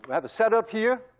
have a setup here